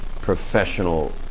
professional